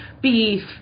beef